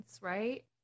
right